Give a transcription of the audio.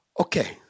Okay